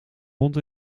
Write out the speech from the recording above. hond